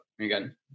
again